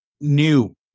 new